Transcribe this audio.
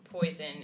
poison